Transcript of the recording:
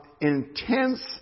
intense